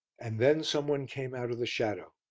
and then someone came out of the shadow,